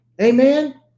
amen